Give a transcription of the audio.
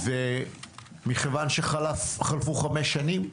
ומכיוון שחלפו חמש שנים,